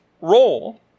role